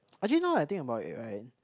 actually now I think about it right